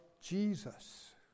Jesus